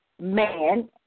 man